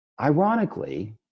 Ironically